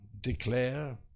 declare